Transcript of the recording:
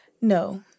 no